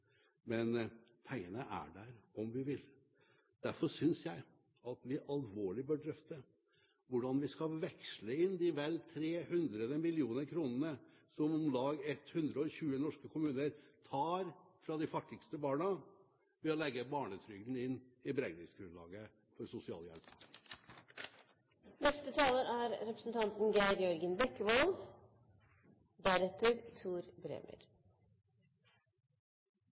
men pengene er der om vi vil. Derfor synes jeg at vi alvorlig bør drøfte hvordan vi skal veksle inn de vel 300 mill. kr som om lag 120 norske kommuner tar fra de fattigste barna ved å legge barnetrygden inn i beregningsgrunnlaget for